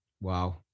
Wow